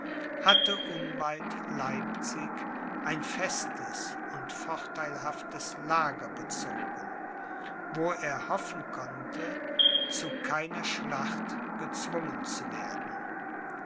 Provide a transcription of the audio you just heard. hatte unweit leipzig ein festes und vorteilhaftes lager bezogen wo er hoffen konnte zu keiner schlacht gezwungen zu werden